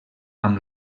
amb